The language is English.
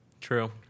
True